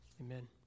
amen